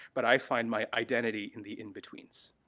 but i find my identity in the in-betweens.